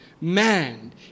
man